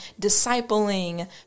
discipling